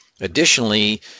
Additionally